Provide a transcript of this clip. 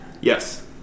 Yes